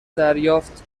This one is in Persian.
دریافت